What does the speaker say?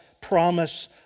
promise